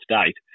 state